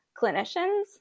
clinicians